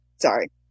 Sorry